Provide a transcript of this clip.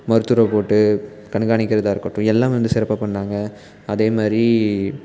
மருத்துவரை போட்டு கண்காணிக்கிறதாக இருக்கட்டும் எல்லாம் வந்து சிறப்பாக பண்ணிணாங்க அதேமாதிரி